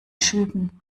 schüben